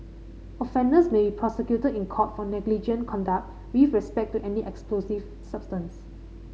offenders may be prosecuted in court for negligent conduct with respect to any explosive substance